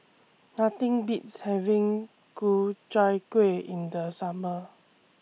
Nothing Beats having Ku Chai Kuih in The Summer